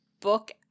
book